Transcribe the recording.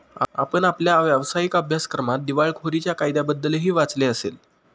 आपण आपल्या व्यावसायिक अभ्यासक्रमात दिवाळखोरीच्या कायद्याबद्दलही वाचले असेल